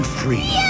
free